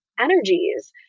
energies